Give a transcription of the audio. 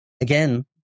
again